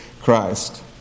Christ